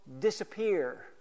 disappear